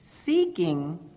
Seeking